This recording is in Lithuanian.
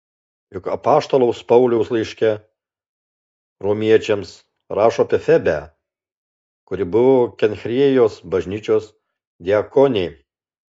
juk apaštalaus paulius laiške romiečiams rašo apie febę kuri buvo kenchrėjos bažnyčios diakonė